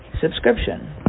subscription